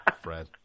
Fred